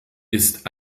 ist